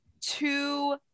two